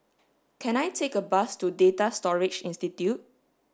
can I take a bus to Data Storage Institute